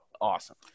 awesome